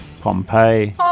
Pompeii